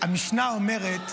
המשנה אומרת: